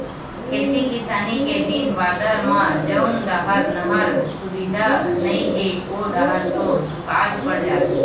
खेती किसानी के दिन बादर म जउन डाहर नहर सुबिधा नइ हे ओ डाहर तो दुकाल पड़ जाथे